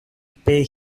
pay